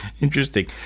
Interesting